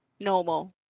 normal